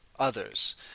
others